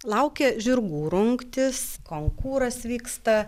laukia žirgų rungtys konkūras vyksta